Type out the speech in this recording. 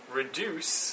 reduce